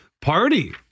party